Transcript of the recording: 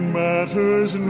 matters